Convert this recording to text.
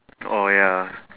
oh ya